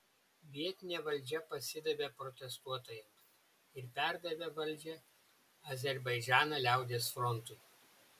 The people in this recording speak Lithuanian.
vietinė valdžia pasidavė protestuotojams ir perdavė valdžią azerbaidžano liaudies frontui